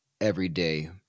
everyday